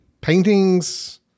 Paintings